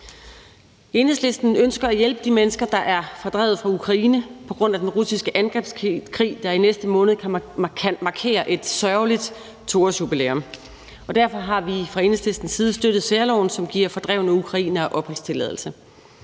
Enhedslisten ønsker at hjælpe de mennesker, der er fordrevet fra Ukraine på grund af den russiske angrebskrig, der i næste måned kan markere et sørgeligt 2-årsjubilæum, og derfor har vi fra Enhedslistens side støttet særloven, som giver fordrevne ukrainere opholdstilladelser.